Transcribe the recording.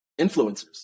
influencers